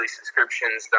subscriptions